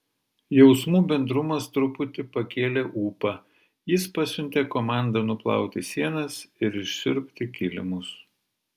jausmų bendrumas truputį pakėlė ūpą jis pasiuntė komandą nuplauti sienas ir išsiurbti kilimus